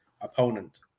opponent